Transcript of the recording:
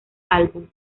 álbum